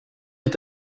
est